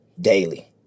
Daily